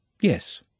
Yes